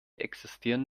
existieren